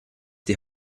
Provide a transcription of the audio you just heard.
die